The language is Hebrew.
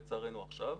לצערנו, עכשיו,